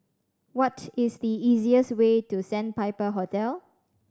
what is the easiest way to Sandpiper Hotel